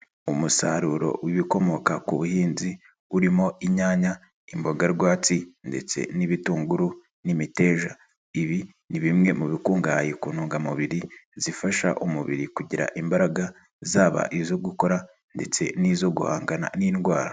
Umusaruro w'ibikomoka ku buhinzi urimo inyanya, imboga rwatsi ndetse n'ibitunguru n'imiteja, ibi ni bimwe mu bikungahaye ku ntungamubiri zifasha umubiri kugira imbaraga, zaba izo gukora ndetse n'izo guhangana n'indwara.